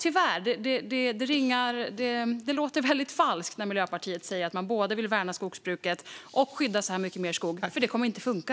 Tyvärr, det låter väldigt falskt när Miljöpartiet säger att man både vill värna skogsbruket och skydda så mycket mer skog. Det kommer inte att funka.